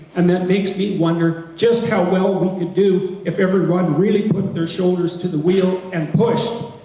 and that makes me wonder just how well we could do if everyone really put their shoulders to the wheel and push.